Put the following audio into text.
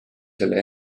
selle